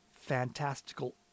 fantastical